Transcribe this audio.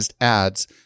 ads